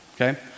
okay